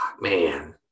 Man